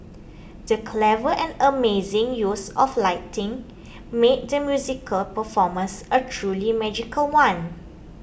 the clever and amazing use of lighting made the musical performance a truly magical one